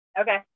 Okay